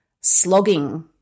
slogging